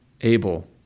Abel